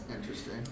interesting